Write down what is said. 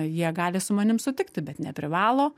jie gali su manim sutikti bet neprivalo